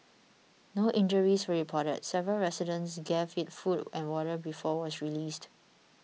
no injuries were reported several residents gave it food and water before was released